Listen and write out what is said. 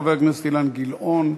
חבר הכנסת אילן גילאון.